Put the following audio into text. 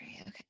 Okay